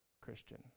Christian